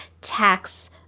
tax